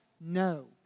No